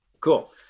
Cool